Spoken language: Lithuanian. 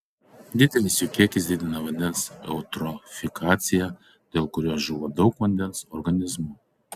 didelis jų kiekis didina vandens eutrofikaciją dėl kurios žūva daug vandens organizmų